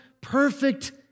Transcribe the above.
perfect